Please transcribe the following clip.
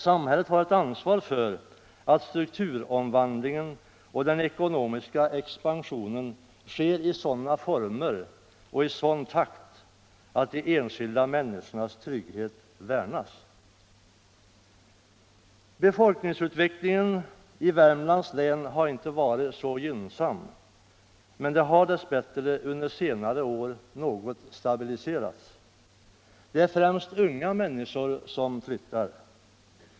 Samhället har ett ansvar för att strukturomvandlingen och den ekonomiska expansionen sker i sådana former och i sådan takt att de enskilda människornas trygghet värnas. Befolkningsutvecklingen i Värmlands län har inte varit gynnsam., men den har dess bättre under senare år något stabiliserats. Det är främst unga människor som flyttar.